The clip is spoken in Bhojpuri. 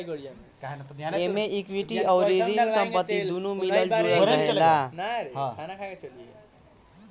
एमे इक्विटी अउरी ऋण संपत्ति दूनो मिलल जुलल रहेला